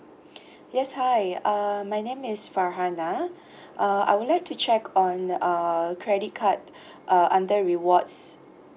yes hi uh my name is farhana uh I would like to check on uh credit card uh under rewards